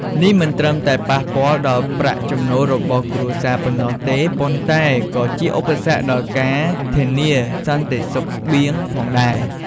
នេះមិនត្រឹមតែប៉ះពាល់ដល់ប្រាក់ចំណូលរបស់គ្រួសារប៉ុណ្ណោះទេ ប៉ុន្តែក៏ជាឧបសគ្គដល់ការធានាសន្តិសុខស្បៀងផងដែរ។